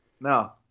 No